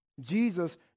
Jesus